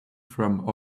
from